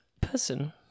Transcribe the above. person